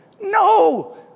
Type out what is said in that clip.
No